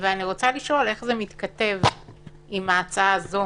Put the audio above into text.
איך זה מתכתב עם ההצעה הזו